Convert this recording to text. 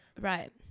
Right